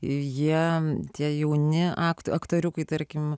jie tie jauni aktų aktoriukai tarkim